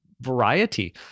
variety